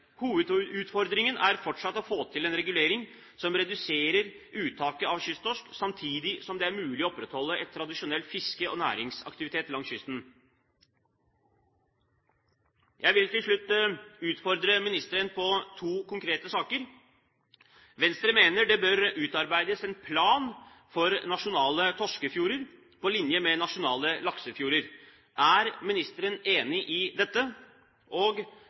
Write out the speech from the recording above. Hovedutfordringen er fortsatt å få til en regulering som reduserer uttaket av kysttorsk samtidig som det er mulig å opprettholde et tradisjonelt fiske og næringsaktivitet langs kysten. Jeg vil til slutt utfordre ministeren på to konkrete saker: Venstre mener det bør utarbeides en plan for nasjonale torskefjorder, på linje med nasjonale laksefjorder. Er ministeren enig i dette? Og: